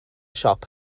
siop